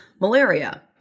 malaria